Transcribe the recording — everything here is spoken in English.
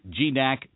GNAC